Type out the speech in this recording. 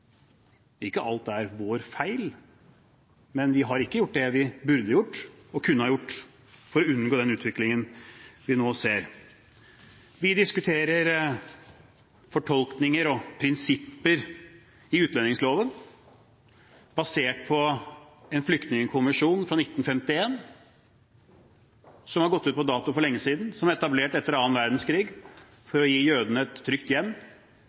Ikke alt er vår feil, men vi har ikke gjort det vi burde og kunne ha gjort for å unngå den utviklingen vi nå ser. Vi diskuterer fortolkninger og prinsipper i utlendingsloven, basert på en flyktningkonvensjon fra 1951 som har gått ut på dato for lenge siden, som ble etablert etter annen verdenskrig for å gi jødene et trygt hjem